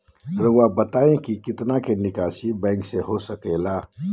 रहुआ बताइं कि कितना के निकासी बैंक से हो सके ला?